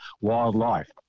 wildlife